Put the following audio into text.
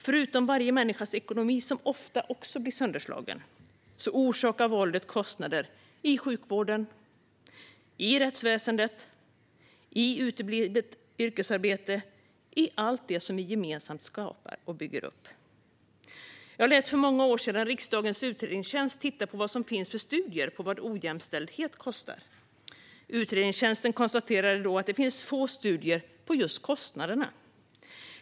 Förutom enskilda människors ekonomi, som ofta blir sönderslagen, orsakar våldet kostnader i sjukvården, i rättsväsendet, i uteblivet yrkesarbete - i allt det som vi gemensamt skapar och bygger upp. Jag lät för många år sedan riksdagens utredningstjänst titta på vad det finns för studier över vad ojämställdhet kostar. Utredningstjänsten konstaterade då att det finns få studier över just kostnaderna.